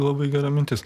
labai gera mintis